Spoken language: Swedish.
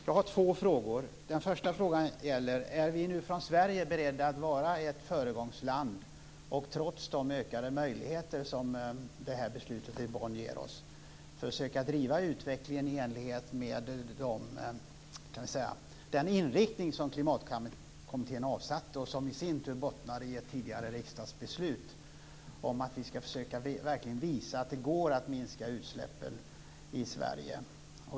Jag har två frågor. Den första frågan gäller: Är vi nu i Sverige beredda att vara ett föregångsland, trots de ökade möjligheter som det här beslutet i Bonn ger oss, för att försöka driva utvecklingen i enlighet med den inriktning som Klimatkommittén avsatte, och som i sin tur bottnar i ett tidigare riksdagsbeslut, om att vi verkligen ska försöka visa att det går att minska utsläppen i Sverige?